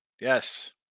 Yes